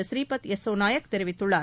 ஸ்ரீபத் யஸ்ஸோநாயக் தெரிவித்துள்ளார்